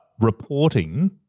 reporting